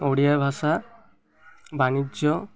ଓଡ଼ିଆ ଭାଷା ବାଣିଜ୍ୟ